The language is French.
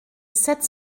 sept